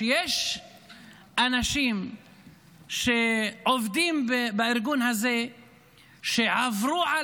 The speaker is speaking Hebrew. שיש אנשים שעובדים בארגון הזה שעברו את